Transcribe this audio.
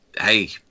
Hey